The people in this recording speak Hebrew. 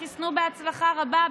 שחיסנו בהצלחה רבה,